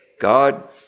God